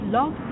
Love